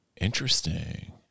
Interesting